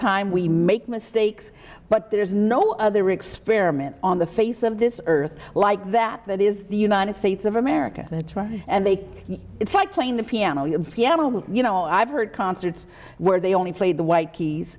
time we make mistakes but there's no other experiment on the face of this earth like that that is the united states of america that's right and they it's like playing the piano your piano you know i've heard concerts where they only played the white keys